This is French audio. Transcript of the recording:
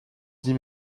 dix